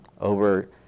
Over